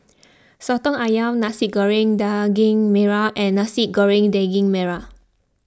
Soto Ayam Nasi Goreng Daging Merah and Nasi Goreng Daging Merah